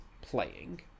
playing